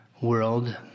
world